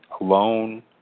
alone